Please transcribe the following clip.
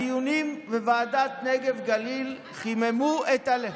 הדיונים בוועדת נגב-גליל חיממו את הלב.